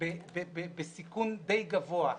בסיכון די גבוה.